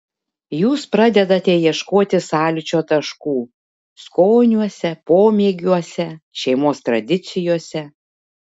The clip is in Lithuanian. jūs pradedate ieškote sąlyčio taškų skoniuose pomėgiuose šeimos tradicijose